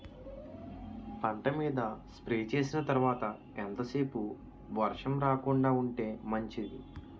పంట మీద స్ప్రే చేసిన తర్వాత ఎంత సేపు వర్షం రాకుండ ఉంటే మంచిది?